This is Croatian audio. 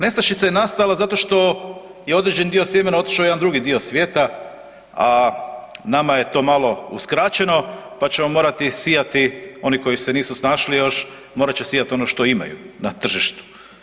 Nestašica je nastala zato što je određen dio sjemena otišao u jedan drugi dio svijeta, a nama je to malo uskraćeno, pa će morati sijati oni koji se nisu snašli još, morat će sijat ono što imaju na tržištu.